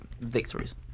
victories